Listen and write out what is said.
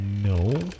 No